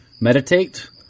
meditate